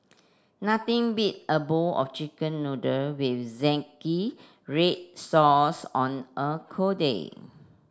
nothing beat a bowl of chicken noodle with zingy red sauce on a cold day